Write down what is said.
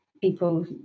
people